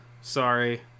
Sorry